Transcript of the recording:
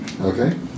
Okay